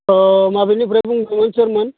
ओह माबेनिफ्राय बुंदोंमोन सोरमोन